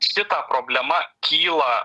šita problema kyla